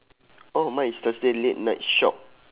oh mine is thursday late night shop